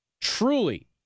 Truly